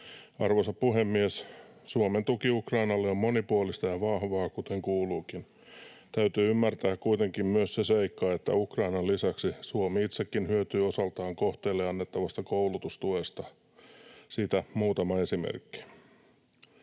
Arvoisa puhemies! Suomen tuki Ukrainalle on monipuolista ja vahvaa, kuten kuuluukin. Täytyy ymmärtää kuitenkin myös se seikka, että Ukrainan lisäksi Suomi itsekin hyötyy osaltaan kohteelle annettavasta koulutustuesta. Siitä muutama esimerkki.